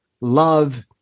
love